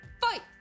Fight